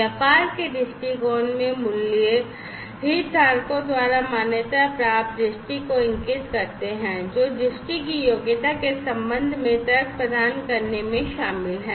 व्यापार के दृष्टिकोण में मूल्य हितधारकों द्वारा मान्यता प्राप्त दृष्टि को इंगित करते हैं जो दृष्टि की योग्यता के संबंध में तर्क प्रदान करने में शामिल हैं